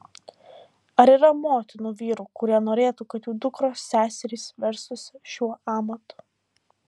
ar yra motinų vyrų kurie norėtų kad jų dukros seserys verstųsi šiuo amatu